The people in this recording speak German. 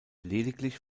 lediglich